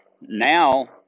Now